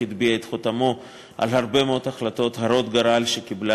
הטביע את חותמו על הרבה מאוד החלטות הרות-גורל שקיבלה